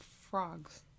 frogs